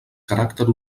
caràcter